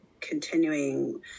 continuing